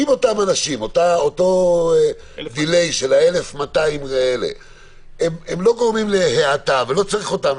אם אותו דיליי של ה-1,200 האלה לא גורמים להאטה ולא צריך אותם,